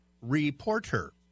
REPORTER